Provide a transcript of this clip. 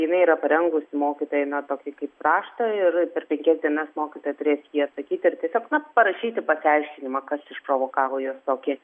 jinai yra parengus mokytojai na tokį kaip raštą ir per penkias dienas mokytoja turės į jį atsakyti ir tiesiog na parašyti pasiaiškinimą kas išprovokavo jos tokį